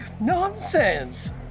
Nonsense